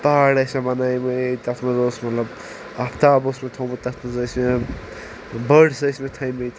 پہاڑ ٲسۍ مےٚ بنٲیمٕتۍ تتھ منٛز اوس مطلب آفتاب اوس مےٚ تھوومُت تتھ منٛز ٲسۍ مےٚ بٲڈس ٲسۍ مےٚ تھٲیمِتۍ